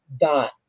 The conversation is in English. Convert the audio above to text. dot